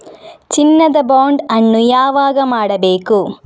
ಚಿನ್ನ ದ ಬಾಂಡ್ ಅನ್ನು ಯಾವಾಗ ಮಾಡಬೇಕು?